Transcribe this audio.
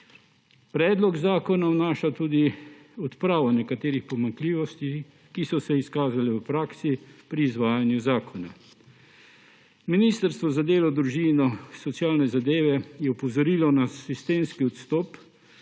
Predlog zakona vnaša tudi odpravo nekaterih pomanjkljivosti, ki so se izkazale v praksi pri izvajanju zakona. Ministrstvo za delo, družino, socialne zadeve in enake možnosti je opozorilo na sistemski odstop